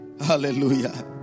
Hallelujah